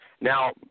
now